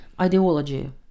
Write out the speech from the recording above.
ideology